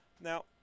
now